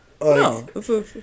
No